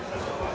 Hvala